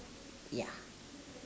ya